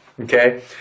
okay